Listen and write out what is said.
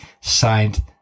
signed